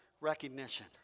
recognition